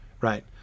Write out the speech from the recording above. right